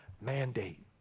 mandate